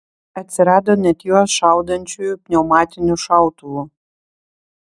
atsirado net juos šaudančiųjų pneumatiniu šautuvu